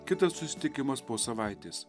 kitas susitikimas po savaitės